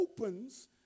opens